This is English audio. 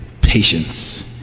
Patience